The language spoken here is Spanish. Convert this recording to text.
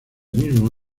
mismo